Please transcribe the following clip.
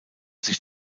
sich